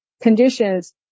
conditions